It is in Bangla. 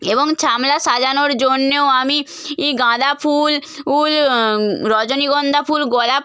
এবং ছামলা সাজানোর জন্যেও আমি ই গাঁদা ফুল উল রজনীগন্ধা ফুল গোলাপ